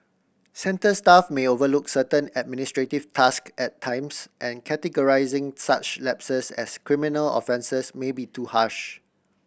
centre staff may overlook certain administrative task at times and categorising such lapses as criminal offences may be too harsh